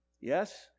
yes